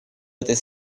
этой